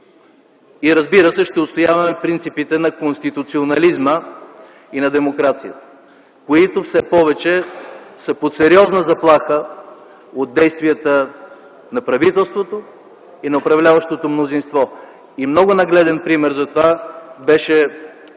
Разбира се, ще отстояваме принципите на конституционализма и на демокрацията, които все повече са под сериозна заплаха от действията на правителството и на управляващото мнозинство. Много нагледен пример за това беше